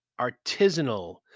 Artisanal